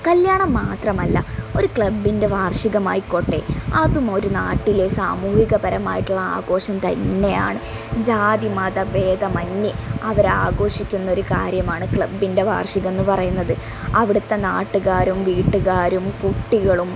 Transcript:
കല്ല്യാണം മാത്രമല്ല ഒരു ക്ലബിന്റെ വാർഷികമായിക്കോട്ടെ അതും ഒരു നാട്ടിലെ സമൂഹികപരമായിട്ടുള്ള ആഘോഷം തന്നെയാണ് ജാതിമതഭേതമന്യേ അവരാഘോഷിക്കുന്നൊരു കാര്യമാണ് ക്ലബിന്റെ വാർഷികം എന്ന് പറയുന്നത് അവിടുത്തെ നാട്ടുകാരും വീട്ടുകാരും കുട്ടികളും